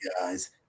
guys